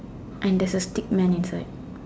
and there's a stick men inside